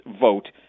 vote